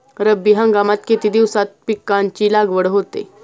रब्बी हंगामात किती दिवसांत पिकांची लागवड होते?